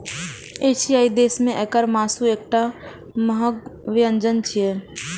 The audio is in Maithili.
एशियाई देश मे एकर मासु एकटा महग व्यंजन छियै